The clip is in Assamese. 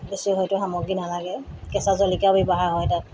বেছি হয়টো সামগ্ৰী নালাগে কেঁচা জলকীয়াৰ ব্যৱহাৰ হয় তাত